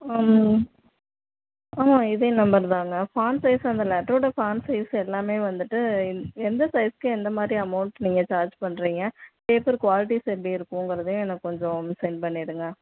ம் ஆ இதே நம்பர் தாங்க ஃபாண்ட் சைஸ் அந்த லெட்டரோடய ஃபாண்ட் சைஸ் எல்லாமே வந்துட்டு எந் எந்த சைஸ்ஸூக்கு எந்த மாதிரி அமௌண்ட் நீங்கள் சார்ஜ் பண்ணுறீங்க பேப்பர் குவாலிட்டிஸ் எப்படி இருக்குங்கிறதையும் எனக்கு கொஞ்சம் சென்ட் பண்ணிவிடுங்க